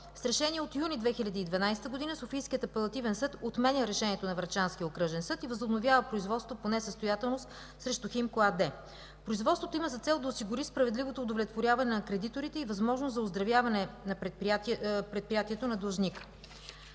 С Решение от юни 2012 г. Софийският апелативен съд отменя решението на Врачанския окръжен съд и възобновява производството по несъстоятелност срещу „Химко” АД. Производството има за цел да осигури справедливото удовлетворяване на кредиторите и възможност за оздравяване на предприятието на длъжника.